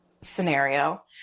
scenario